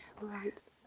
Right